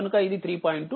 2ఆంపియర్